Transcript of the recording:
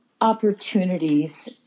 opportunities